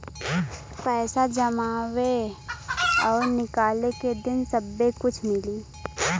पैसा जमावे और निकाले के दिन सब्बे कुछ मिली